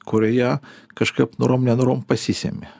kurioje kažkaip norom nenorom pasisemi